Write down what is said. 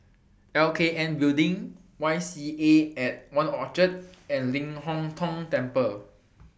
L K N Building Y M C A At one Orchard and Ling Hong Tong Temple